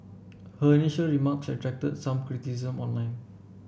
her initial remarks attracted some criticism online